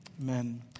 amen